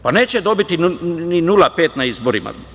Pa neće dobiti ni 0,5% na izborima.